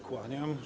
Kłaniam.